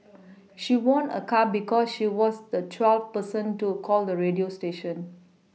she won a car because she was the twelfth person to call the radio station